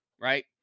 right